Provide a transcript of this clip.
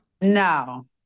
No